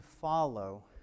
follow